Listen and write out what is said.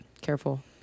Careful